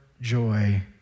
joy